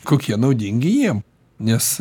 kokie naudingi jiem nes